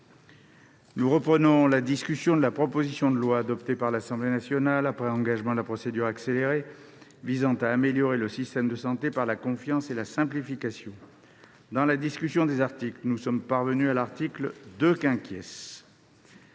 Nous reprenons la discussion de la proposition de loi, adoptée par l'Assemblée nationale après engagement de la procédure accélérée, visant à améliorer le système de santé par la confiance et la simplification. Dans la discussion des articles, nous en sommes parvenus, au sein du chapitre